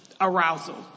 arousal